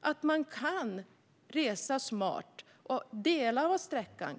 och att man kan resa smart och cykla delar av sträckan.